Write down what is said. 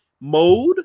mode